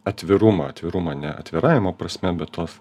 atvirumą atvirumą ne atviravimo prasme bet tos